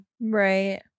Right